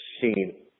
seen